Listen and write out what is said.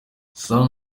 sam